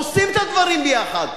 עושים את הדברים ביחד,